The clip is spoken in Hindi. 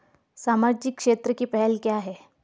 सामाजिक क्षेत्र की पहल क्या हैं?